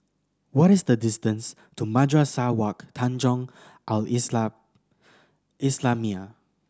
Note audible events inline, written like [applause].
what is the distance to Madrasah Wak Tanjong Al [unintelligible] islamiah